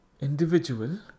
individual